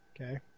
Okay